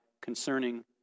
concerning